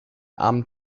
armen